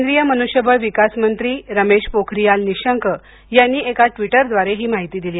केंद्रीय मनृष्यबळ विका मंत्री रमेश पोखरियाल निशंक यांनी एका ट्विटद्वारे ही माहिती दिली